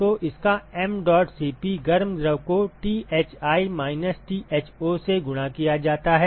तो इसका mdot Cp गर्म द्रव को Thi माइनस Tho से गुणा किया जाता है